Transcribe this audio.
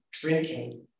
drinking